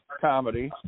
comedy